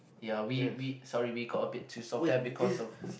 ya we we sorry we got a bit too soft there because of